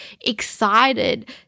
excited